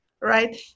right